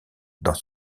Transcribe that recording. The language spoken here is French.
dans